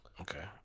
Okay